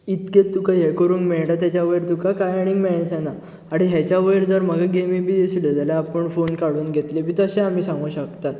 इतके तुका हे करूंक मेळटा तेज्या वयर तुका कांय आनी मेळचें ना आनी हेच्यावयर जर म्हाका गेमी बीन दिसल्यो जाल्यार आपूण फोन काडून घेतले बी तशें आमी सांगू शकतात